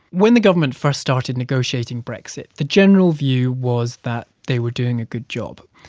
when the government first started negotiating brexit, the general view was that they were doing a good job.